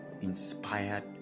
inspired